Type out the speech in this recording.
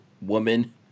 woman